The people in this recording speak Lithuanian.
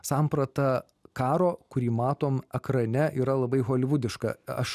samprata karo kurį matom ekrane yra labai holivudiška aš